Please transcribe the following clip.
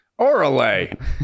Orale